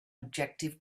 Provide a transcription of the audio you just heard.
objective